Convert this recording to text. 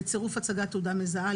בצירוף הצגת תעודה מזהה,